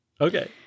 Okay